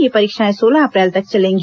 ये परीक्षाएं सोलह अप्रैल तक चलेंगी